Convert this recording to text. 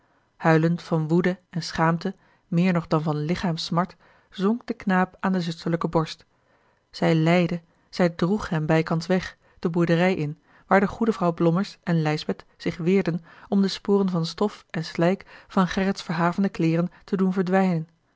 huilend van woede en schaamte meer nog dan van lichaamssmart zonk de knaap aan de zusterlijke borst zij leidde zij droeg hem bijkans weg de boerderij in waar de goede vrouw blommers en lijsbeth zich weerden om de sporen van stof en slijk van gerrits verhavende kleêren te doen verdwijnen